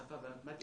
השפה והמתמטיקה.